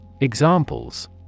Examples